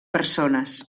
persones